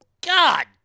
God